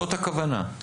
זאת הכוונה.